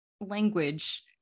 language